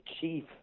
chief